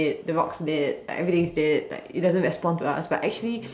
the rock's dead like everything's dead like it doesn't respond to us but actually